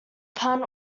pun